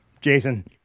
jason